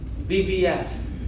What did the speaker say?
BBS